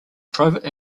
private